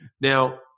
Now